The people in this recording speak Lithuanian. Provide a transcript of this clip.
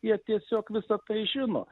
jie tiesiog visa tai žino